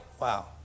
Wow